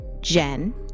Jen